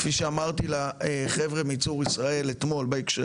כפי שאמרתי לחבר'ה מ"צור ישראל" אתמול בהקשר